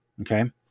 okay